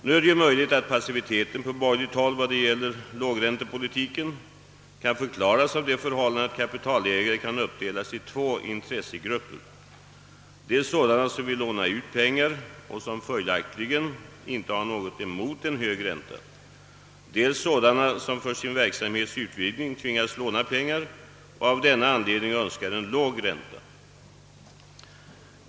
Nu är det möjligt att passiviteten på borgerligt håll när det gäller lågräntepolitiken kan förklaras av det förhållandet att kapitalägarna kan uppdelas i två intressegrupper: dels sådana som vill låna ut pengar och som följaktligén inte har något emot en hög ränta, dels sådana som för sin verksamhets utvidgning tvingas låna pengar och av denna anledning önskar en låg ränta.